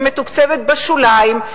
היא מתוקצבת בשוליים.